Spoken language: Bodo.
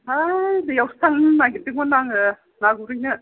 ओइ दैआवसो थांनो नागिरदोंमोन आङो ना गुरहैनो